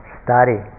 study